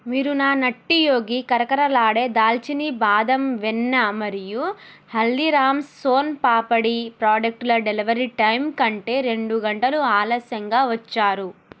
మీరు నా నట్టీ యోగి కరకరలాడే దాల్చినీ బాదం వెన్న మరియు హల్దీరామ్స్ సోన్ పాపడి ప్రాడక్టుల డెలివరీ టైమ్ కంటే రెండు గంటలు ఆలస్యంగా వచ్చారు